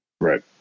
Right